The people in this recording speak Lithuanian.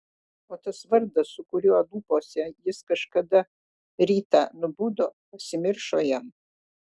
o tas vardas su kuriuo lūpose jis kažkada rytą nubudo pasimiršo jam